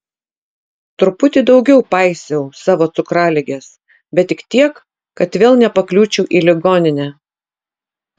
truputį daugiau paisiau savo cukraligės bet tik tiek kad vėl nepakliūčiau į ligoninę